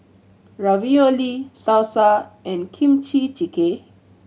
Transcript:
Ravioli Salsa and Kimchi Jjigae